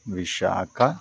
Visakha